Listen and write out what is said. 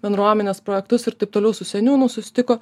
bendruomenės projektus ir taip toliau su seniūnu susitiko